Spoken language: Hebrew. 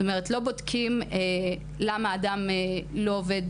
זאת אומרת לא בודקים, למה אדם לא עובד